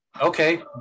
Okay